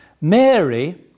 Mary